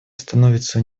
становится